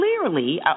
clearly